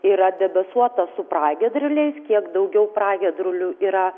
yra debesuota su pragiedruliais kiek daugiau pragiedrulių yra